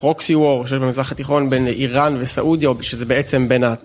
פרוקסי וור שיש במזרח התיכון בין איראן וסעודיה שזה בעצם בין.